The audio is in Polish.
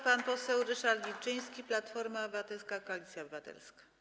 Pan poseł Ryszard Wilczyński, Platforma Obywatelska - Koalicja Obywatelska.